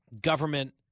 government